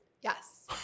yes